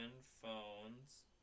phones